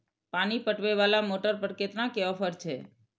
पानी पटवेवाला मोटर पर केतना के ऑफर छे?